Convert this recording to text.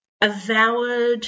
avowed